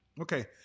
Okay